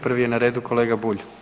Prvi je na redu kolega Bulj.